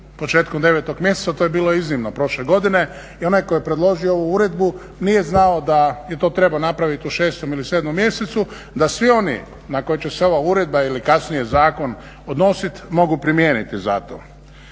početkom 9. mjeseca, to je bilo iznimno prošle godine i onaj tko je predložio ovu uredbu nije znao da je to trebao napravit u 6. ili 7. mjesecu, da svi oni na koje će se ova uredba ili kasnije zakon odnosit mogu primijeniti za to.